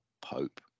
Pope